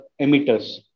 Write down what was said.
emitters